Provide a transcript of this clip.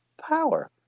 power